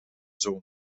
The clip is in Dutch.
zomer